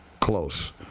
Close